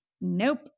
Nope